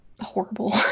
horrible